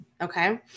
Okay